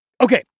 Okay